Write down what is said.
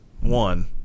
one